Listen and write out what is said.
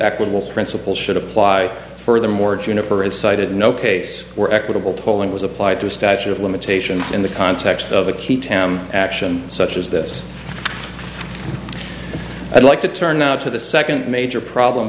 equitable principle should apply furthermore juniper has cited no case where equitable tolling was applied to a statute of limitations in the context of a key town action such as this i'd like to turn now to the second major problem